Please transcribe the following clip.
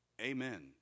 Amen